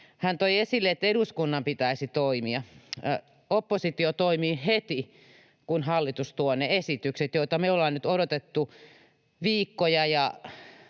Hän toi esille, että eduskunnan pitäisi toimia. Oppositio toimii heti, kun hallitus tuo ne esitykset, joita me ollaan nyt odotettu viikkoja,